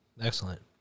excellent